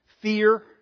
fear